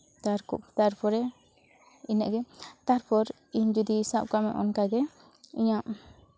ᱛᱟᱨᱯᱚᱨᱮ ᱤᱱᱟᱹᱜ ᱜᱮ ᱛᱟᱨᱯᱚᱨ ᱤᱧ ᱡᱩᱫᱤ ᱥᱟᱵ ᱠᱟᱜ ᱢᱮ ᱚᱱᱠᱟᱜᱮ ᱤᱧᱟᱹᱜ